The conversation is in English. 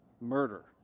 murder